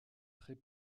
très